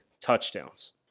touchdowns